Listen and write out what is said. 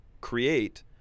create